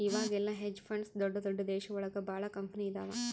ಇವಾಗೆಲ್ಲ hedge funds ದೊಡ್ದ ದೊಡ್ದ ದೇಶ ಒಳಗ ಭಾಳ ಕಂಪನಿ ಇದಾವ